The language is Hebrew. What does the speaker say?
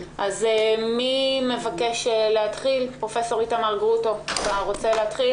פרופ' איתמר גרוטו, אתה רוצה להתחיל?